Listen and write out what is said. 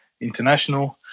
international